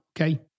okay